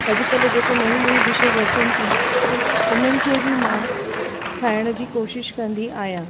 अॼुकल्ह जेके नयूं नयूं डिशेस अचनि थियूं उन्हनि खे बि मां ठाहिण जी कोशिशि कंदी आहियां